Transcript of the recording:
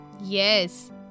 yes